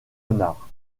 renard